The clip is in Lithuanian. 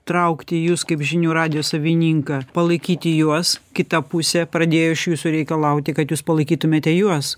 traukti jus kaip žinių radijo savininką palaikyti juos kita pusė pradėjo iš jūsų reikalauti kad jūs palaikytumėte juos